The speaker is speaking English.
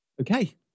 Okay